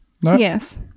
Yes